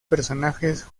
personajes